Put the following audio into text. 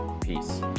Peace